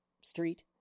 street